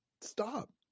stop